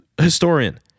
historian